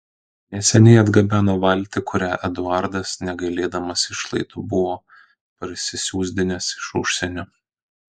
neseniai atgabeno valtį kurią eduardas negailėdamas išlaidų buvo parsisiųsdinęs iš užsienio